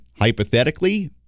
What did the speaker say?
hypothetically